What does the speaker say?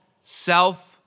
self